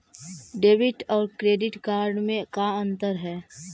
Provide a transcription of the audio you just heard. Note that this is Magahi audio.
डेबिट और क्रेडिट कार्ड में का अंतर है?